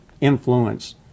influence